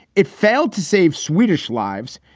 it failed to save swedish lives.